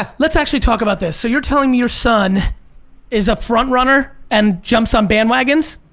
ah let's actually talk about this, so you're telling me your son is a front runner? and jumps on band wagons?